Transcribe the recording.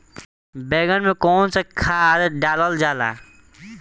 बैंगन में कवन सा खाद डालल जाला?